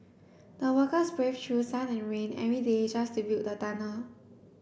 the workers braved through sun and rain every day just to build the tunnel